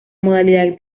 modalidad